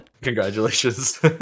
Congratulations